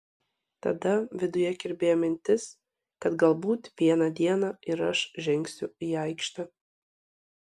tada viduje kirbėjo mintis kad galbūt vieną dieną ir aš žengsiu į aikštę